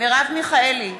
מרב מיכאלי,